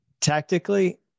tactically